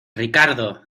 ricardo